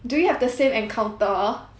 do you have the same encounter